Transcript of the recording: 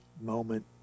moment